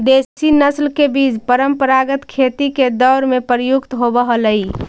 देशी नस्ल के बीज परम्परागत खेती के दौर में प्रयुक्त होवऽ हलई